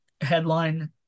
headline